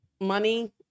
money